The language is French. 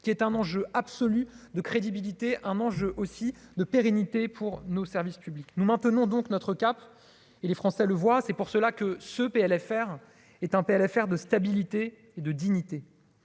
qui est un enjeu absolue de crédibilité un mange aussi de pérennité pour nos services publics, nous maintenons donc notre cap et les Français le voient, c'est pour cela que ce PLFR est un peu à l'affaire de stabilité et de dignité,